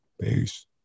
Peace